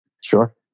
Sure